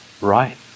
right